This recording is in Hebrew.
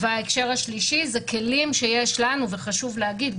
וההקשר השלישי הוא כלים שיש לנו וחשוב להגיד,